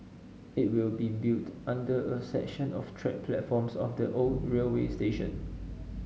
it will be built under a section of track platforms of the old railway station